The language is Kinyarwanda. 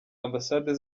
ambasade